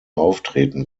auftreten